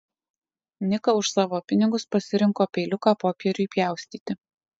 nika už savo pinigus pasirinko peiliuką popieriui pjaustyti